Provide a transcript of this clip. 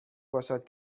باشد